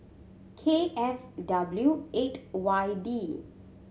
K F W eight Y D